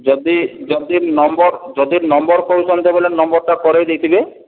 ଯଦି ଯଦି ନମ୍ବର ଯଦି ନମ୍ବର କରୁଛନ୍ତି ବୋଇଲେ ନମ୍ବରଟା କରେଇ ଦେଇଥିବେ